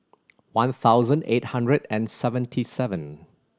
one thousand eight hundred and seventy seven